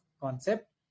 concept